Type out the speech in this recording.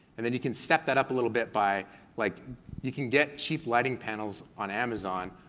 and then you can set that up a little bit by like you can get cheap lighting panels on amazon,